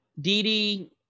DD